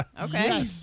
okay